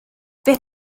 beth